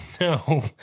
No